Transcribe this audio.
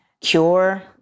cure